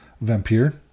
vampire